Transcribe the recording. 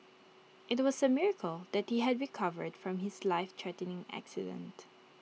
IT was A miracle that he had recovered from his lifethreatening accident